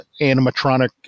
animatronic